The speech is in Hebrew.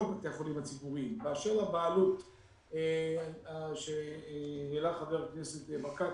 באשר לבעלות שהעלה חבר הכנסת ברקת,